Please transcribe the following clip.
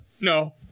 no